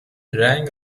رنگ